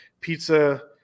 pizza